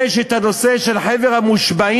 יש הנושא של חבר מושבעים.